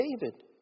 David